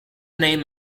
name